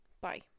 Bye